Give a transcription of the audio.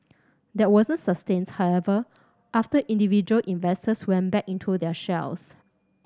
that wasn't sustains however after individual investors went back into their shells